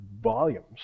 volumes